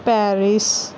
Paris